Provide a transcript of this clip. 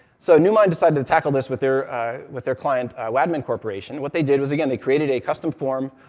so, newmind decided to tackle this with their with their client, wadman corporation. what they did was, again, they created a custom form,